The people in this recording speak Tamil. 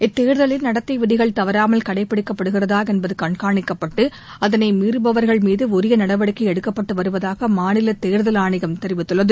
இத்தேர்தலில் நடத்தை விதிகள் தவறாமல் கடைப்பிடிக்கப்படுகிறதா என்பது கண்காணிக்கப்பட்டு அதனை மீறுபவர்கள் மீது உரிய நடவடிக்கை எடுக்கப்பட்டு வருவதாக மாநிலத் தேர்தல் ஆணையம் தெரிவித்துள்ளது